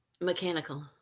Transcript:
Mechanical